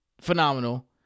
phenomenal